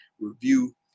review